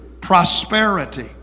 prosperity